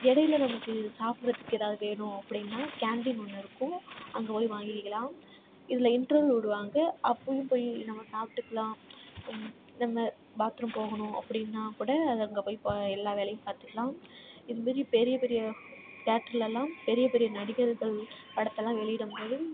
இடையில நமக்கு சாப்பிடுறதுக்கு எதாவது வேணும் அப்படின்னா கேன்டீன் ஒன்று இருக்கும் அங்கே போய் வாங்கிக்கிலாம் இதில் இன்ட்ரவல் விடுவாங்க அப்பயும் போய் நம்ம சாப்பிட்டுக்கலாம் நம்ம பாத்ரூம் போகணும் அப்படின்னா கூட அது அங்கே போய் பா எல்லா வேலையும் பார்த்துக்கலாம் இதுமாரி பெரிய பெரிய தேட்டருலெல்லாம் பெரிய பெரிய நடிகர்கள் படத்தெல்லாம் வெளியிடும்போது